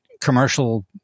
commercial